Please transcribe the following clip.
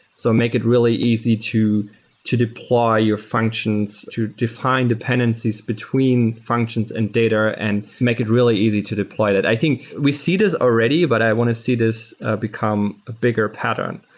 so make it really easy to to deploy your functions, to define dependencies between functions and data and make it really easy to deploy that. i think we see this already, but i want to see this become a bigger pattern.